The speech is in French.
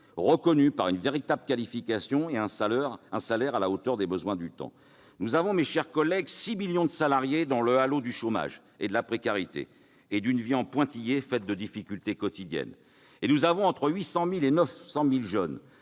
reconnu par une véritable qualification et un salaire à la hauteur des besoins du temps ! Nous avons, mes chers collègues, 6 millions de salariés dans le halo du chômage et de la précarité, ayant une vie en pointillé, faite de difficultés quotidiennes, et nous avons entre 800 000 et 900 000 jeunes